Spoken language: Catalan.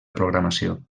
programació